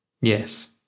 Yes